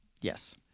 Yes